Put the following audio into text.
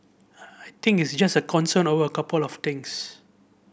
I think it's just a concern over couple of things